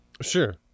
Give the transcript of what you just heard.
Sure